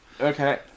Okay